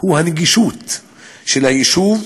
הוא נגישות היישוב,